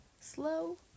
slow